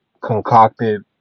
concocted